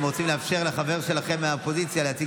אתם רוצים לאפשר לחבר שלכם מהאופוזיציה להציג